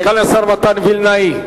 סגן השר מתן וילנאי,